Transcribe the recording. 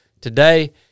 today